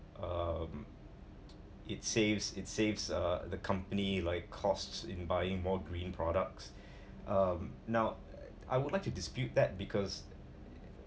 uh it saves it saves uh the company like costs in buying more green products um now I would like to dispute that because